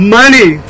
money